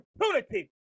opportunity